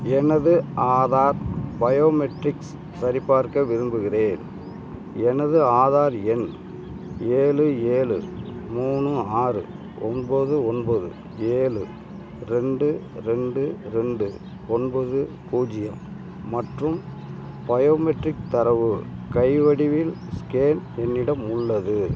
எனது ஆதார் பயோமெட்ரிக்ஸ் சரிபார்க்க விரும்புகிறேன் எனது ஆதார் எண் ஏழு ஏழு மூணு ஆறு ஒம்பது ஒன்பது ஏழு ரெண்டு ரெண்டு ரெண்டு ஒன்பது பூஜ்ஜியம் மற்றும் பயோமெட்ரிக் தரவு கை வடிவில் ஸ்கேன் என்னிடம் உள்ளது